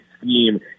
scheme